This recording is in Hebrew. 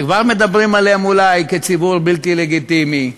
שכבר מדברים עליהם אולי כציבור בלתי לגיטימי,